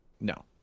No